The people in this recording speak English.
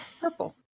purple